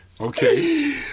Okay